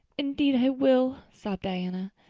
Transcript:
indeed i will, sobbed diana,